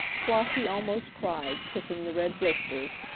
flossie almost cried, kissing the red blisters.